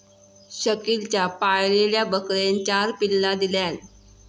शकिलच्या पाळलेल्या बकरेन चार पिल्ला दिल्यान